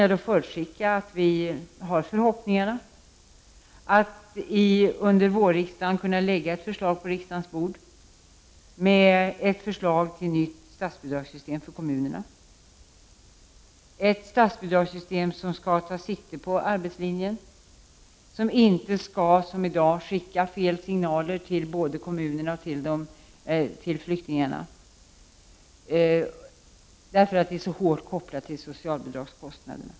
Jag kan nämna att vi har den förhoppningen att under våren på riksdagens bord kunna lägga ett förslag till nytt statsbidragssystem för kommunerna. Detta statsbidragssystem skall ta sikte på arbetslinjen och skall inte som i dag skicka fel signaler till både kommunerna och flyktingarna genom den hårda kopplingen till socialbidragskostnaderna.